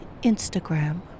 Instagram